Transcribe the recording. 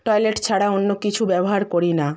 toilet ছাড়া অন্য কিছু ব্যবহার করি না